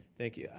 thank you.